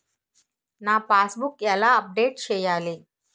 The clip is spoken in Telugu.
నా పాస్ బుక్ ఎలా అప్డేట్ చేయాలి?